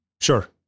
Sure